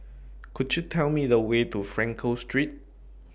Could YOU Tell Me The Way to Frankel Street